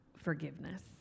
forgiveness